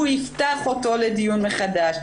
הוא יפתח אותו לדיון מחדש,